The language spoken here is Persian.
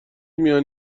میان